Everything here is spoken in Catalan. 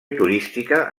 turística